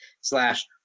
slash